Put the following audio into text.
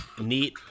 neat